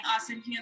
awesome